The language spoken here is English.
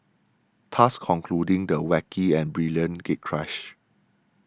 thus concluding the wacky and brilliant gatecrash